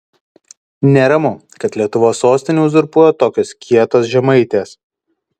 neramu kad lietuvos sostinę uzurpuoja tokios kietos žemaitės